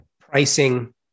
Pricing